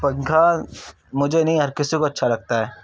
پنکھا مجھے نہیں ہر کسی کو اچھا لگتا ہے